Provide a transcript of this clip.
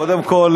קודם כול,